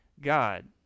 God